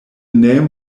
name